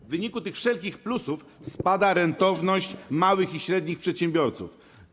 W wyniku tych wszystkich plusów spada rentowność małych i średnich przedsiębiorców.